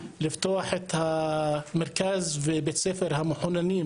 לפתוח את המרכז ובית הספר הראשון למחוננים